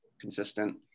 consistent